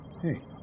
Hey